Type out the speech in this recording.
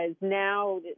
now